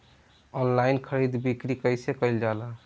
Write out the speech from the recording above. Online खरीद बिक्री कइसे कइल जाला?